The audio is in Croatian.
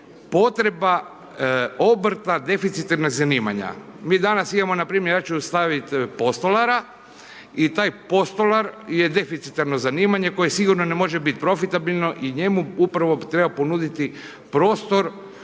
potreba obrta deficitarna zanimanja. Mi danas imamo npr. ja ću ostaviti postolara i taj postolar je deficitarno zanimanje koje sigurno može biti profitabilno i njemu upravo treba ponuditi prostor